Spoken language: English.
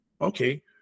Okay